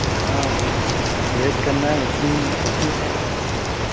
ہاں وہی ویٹ کرنا ہے اتنی ہی اتنی دیر میں میرے کو پھر